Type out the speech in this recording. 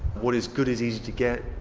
what is good is easy to get,